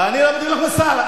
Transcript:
אני אטיף לך מוסר,